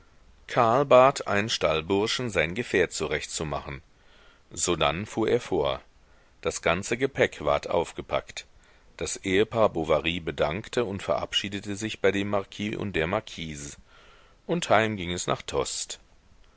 karl bat einen stallburschen sein gefährt zurechtzumachen sodann fuhr er vor das ganze gepäck ward aufgepackt das ehepaar bovary bedankte und verabschiedete sich bei dem marquis und der marquise und heim ging es nach tostes